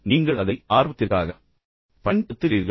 நீங்கள் அதை வெறுமனே ஆர்வத்திற்காக பயன்படுத்துகிறீர்களா